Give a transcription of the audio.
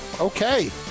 Okay